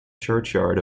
churchyard